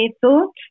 thoughts